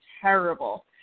terrible